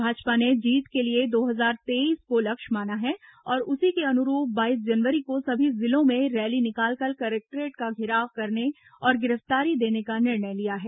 भाजपा ने जीत के लिए दो हजार तेईस को लक्ष्य माना है और उसी के अनुरूप बाईस जनवरी को सभी जिलों में रैली निकालकर कलेक्ट्रेट का धेराव करने और गिरफ्तारी देने का निर्णय लिया है